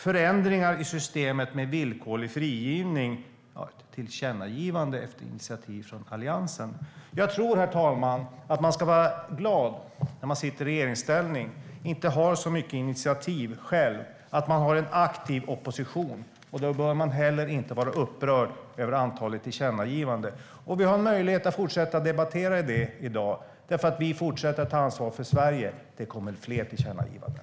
Förändringar i systemet med villkorlig frigivning - ett tillkännagivande efter initiativ från Alliansen. Jag tror, herr talman, att man om man sitter i regeringsställning och inte har så mycket initiativ själv ska vara glad att det finns en aktiv opposition. Då bör man heller inte vara upprörd över antalet tillkännagivanden. Vi har möjlighet att fortsätta debattera det i dag, för vi fortsätter att ta ansvar för Sverige. Det kommer fler tillkännagivanden.